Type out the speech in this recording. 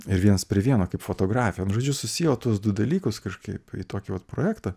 ir vienas prie vieno kaip fotografija žodžiu susijau du dalykus kažkaip į tokį vat projektą